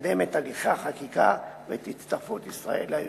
לקדם את הליכי החקיקה ואת הצטרפות ישראל לארגון.